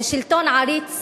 ושלטון עריץ